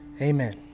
Amen